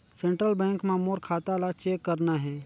Central Bank मां मोर खाता ला चेक करना हे?